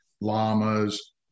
llamas